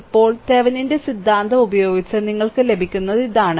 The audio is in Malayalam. ഇപ്പോൾ തെവെനിന്റെ സിദ്ധാന്തം ഉപയോഗിച്ച് നിങ്ങൾക്ക് ലഭിക്കുന്നത് ഇതാണ്